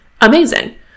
Amazing